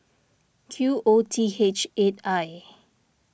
Q O T H eight I